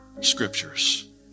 scriptures